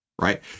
right